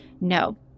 No